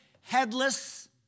headless